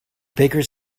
bakers